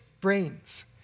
brains